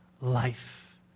life